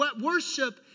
Worship